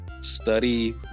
study